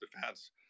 defense